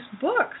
books